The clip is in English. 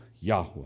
Yahweh